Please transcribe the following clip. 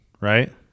right